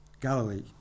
Galilee